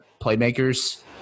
playmakers